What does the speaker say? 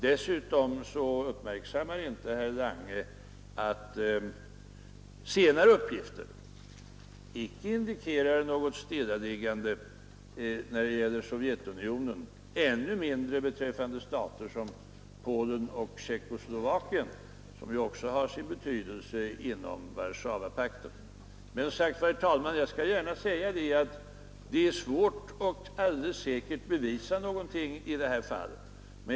Dessutom uppmärksammade inte herr Lange att senare uppgifter icke indikerar något stillaliggande när det gäller Sovjetunionen och ännu mindre beträffande stater som Polen och Tjeckoslovakien, som ju också har betydelse inom Warszawapakten. Det är emellertid, herr talman, svårt att alldeles säkert bevisa något i det här fallet.